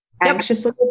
anxiously